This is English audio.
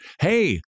Hey